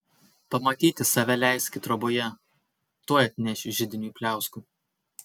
pamatyti save leiski troboje tuoj atnešiu židiniui pliauskų